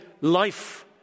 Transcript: life